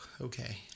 Okay